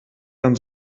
dann